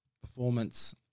performance